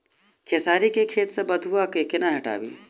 खेसारी केँ खेत सऽ बथुआ केँ कोना हटाबी